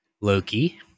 Loki